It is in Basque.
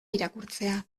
irakurtzea